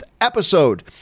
episode